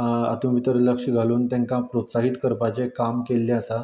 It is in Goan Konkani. हातूंत भितर लक्ष घालून तेंका प्रोत्साहीत करपाचे काम केल्ले आसा